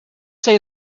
say